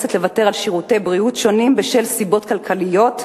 נאלצת לוותר על שירותי בריאות שונים בשל סיבות כלכליות?